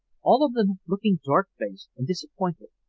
all of them looking dark-faced and disappointed.